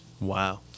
Wow